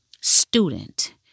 student